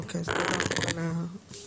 אוקיי, תודה רבה על ההסבר.